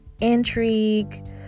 intrigue